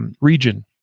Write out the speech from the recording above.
region